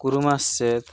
कुर्मश्चेत्